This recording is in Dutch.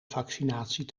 vaccinatie